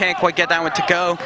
can't quite get that want to go